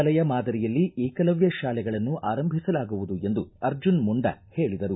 ನವೋದಯ ವಿದ್ಯಾಲಯ ಮಾದರಿಯಲ್ಲಿ ಏಕಲವ್ಯ ಶಾಲೆಗಳನ್ನು ಆರಂಭಿಸಲಾಗುವುದು ಎಂದು ಅರ್ಜುನ್ ಮುಂಡಾ ಹೇಳಿದರು